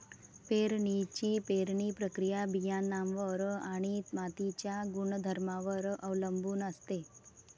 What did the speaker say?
पेरणीची पेरणी प्रक्रिया बियाणांवर आणि मातीच्या गुणधर्मांवर अवलंबून असते